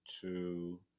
two